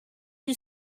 you